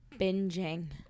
binging